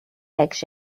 legs